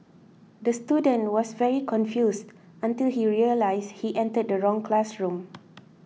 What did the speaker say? the student was very confused until he realised he entered the wrong classroom